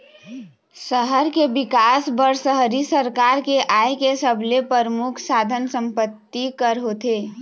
सहर के बिकास बर शहरी सरकार के आय के सबले परमुख साधन संपत्ति कर होथे